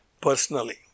personally